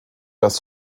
das